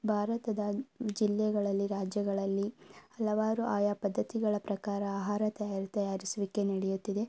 ಭಾರತದ ಜಿಲ್ಲೆಗಳಲ್ಲಿ ರಾಜ್ಯಗಳಲ್ಲಿ ಹಲವಾರು ಆಯಾ ಪದ್ಧತಿಗಳ ಪ್ರಕಾರ ಆಹಾರ ತಯಾರು ತಯಾರಿಸುವಿಕೆ ನಡೆಯುತ್ತಿದೆ